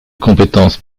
compétences